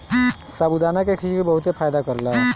साबूदाना के खिचड़ी बहुते फायदा करेला